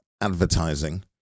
advertising